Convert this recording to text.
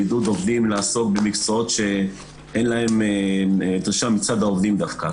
עידוד עובדים לעסוק במקצועות שאין להם דרישה מצד העובדים דווקא.